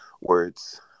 words